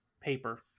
paper